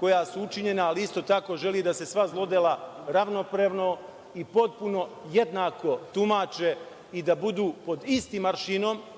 koja su učinjena, ali isto tako želi da se sva zlodela ravnopravno i potpuno jednako tumače i da budu pod istim aršinom,